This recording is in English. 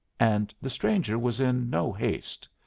and the stranger was in no haste.